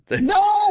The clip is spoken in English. No